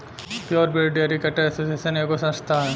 pure breed dairy cattle association एगो संस्था ह